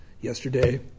yesterday